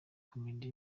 comedy